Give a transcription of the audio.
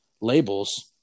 labels